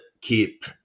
keep